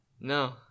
No